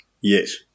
yes